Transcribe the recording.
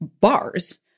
bars